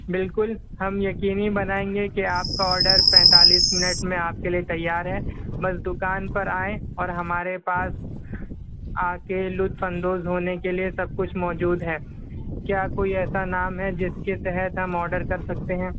بالکل ہم یقینی بنائیں گے کہ آپ کا آرڈر پینتالیس منٹ میں آپ کے لئے تیار ہے بس دوکان پر آئیں اور ہمارے پاس آ کے لطف اندوز ہونے کے لئے سب کچھ موجود ہے کیا کوئی ایسا نام ہے جس کے تحت ہم آرڈر کر سکتے ہیں